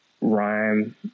rhyme